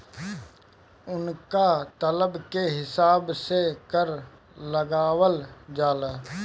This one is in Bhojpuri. उनका तलब के हिसाब से कर लगावल जाला